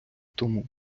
тому